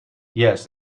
yes